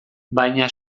baina